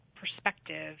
perspective